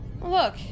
Look